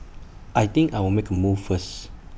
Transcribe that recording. I think I'll make A move first